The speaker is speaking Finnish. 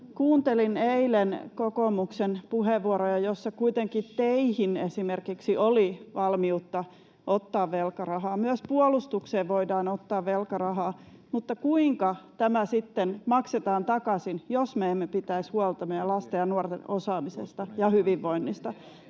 Kuuntelin eilen kokoomuksen puheenvuoroja, joissa kuitenkin esimerkiksi teihin oli valmiutta ottaa velkarahaa, myös puolustukseen voidaan ottaa velkarahaa, mutta kuinka tämä sitten maksetaan takaisin, jos me emme pitäisi huolta meidän lasten ja nuorten osaamisesta ja hyvinvoinnista?